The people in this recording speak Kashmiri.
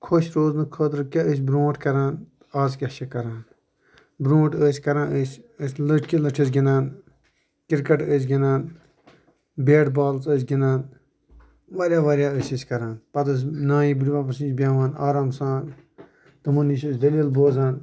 خۄش رُوزنہٕ خٲطرٕ کیاہ ٲسۍ بَرُونٛٹھ کران اَز کیٛاہ چھِ کران بُرُونٛٹھ آسۍ کران أسۍ لٔٹھکِچ لٔٹھس گِنٛدان کرکَٹ ٲسۍ گنٛدان بیٹ بالَس ٲسۍ گِنٛدان واریاہ واریاہ ٲسۍ أسۍ کران پَتہٕ ٲسۍ نانہِ بٔڑبَبس نِش بیٚہوان آرام سان تِمَن نِش ٲسۍ دٔلیٖل بوزان